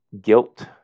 guilt